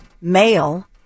male